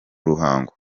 ruhango